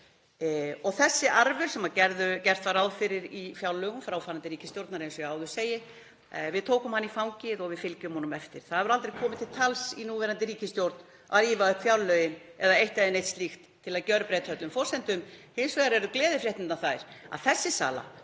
Þessi arfur sem gert var ráð fyrir í fjárlögum fráfarandi ríkisstjórnar — við tókum hann í fangið og við fylgjum málum eftir. Það hefur aldrei komið til tals í núverandi ríkisstjórn að ýfa upp fjárlögin eða eitt eða neitt slíkt til að gjörbreyta öllum forsendum. Hins vegar eru gleðifréttirnar þær að þessi sala